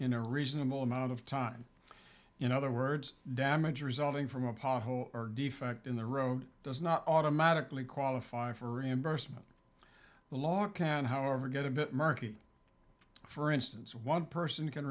in a reasonable amount of time in other words damage resulting from a pothole or defect in the road does not automatically qualify for embarrassment the law it can however get a bit murky for instance one person can